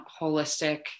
holistic